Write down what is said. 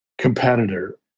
competitor